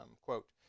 quote